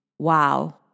Wow